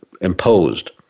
imposed